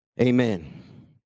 Amen